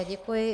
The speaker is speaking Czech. Děkuji.